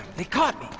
they caught me